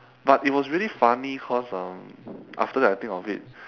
but it was really funny cause um after that I think of it